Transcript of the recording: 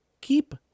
keep